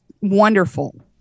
wonderful